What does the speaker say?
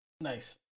Nice